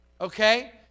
okay